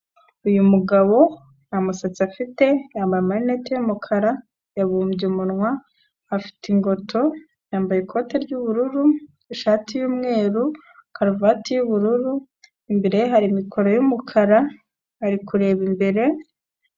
Uyu mugabo nta musatsi afite yambaye amarinete y'umukara yabumbye umunwa afite ingoto, yambaye ikote ry'ubururu, ishati y'umweru, karuvati y'ubururu imbere ye hari mikoro y'umukara ari kureba imbere.